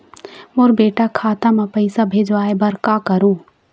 मोर बेटा खाता मा पैसा भेजवाए बर कर करों?